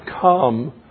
come